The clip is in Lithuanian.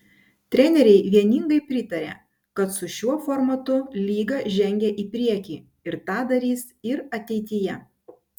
treneriai vieningai pritarė kad su šiuo formatu lyga žengė į priekį ir tą darys ir ateityje